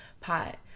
pot